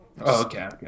Okay